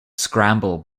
scramble